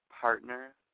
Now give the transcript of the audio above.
Partner